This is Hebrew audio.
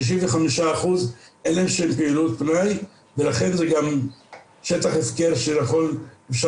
ל-95% אין שום פעילות פנאי ולכן זה גם שטח הפקר שאפשר